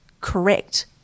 correct